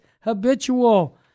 habitual